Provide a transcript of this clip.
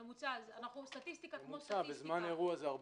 סטטיסטיקה כמו סטטיסטיקה.